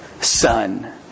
son